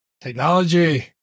Technology